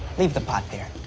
leave the pot there.